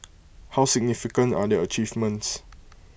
how significant are their achievements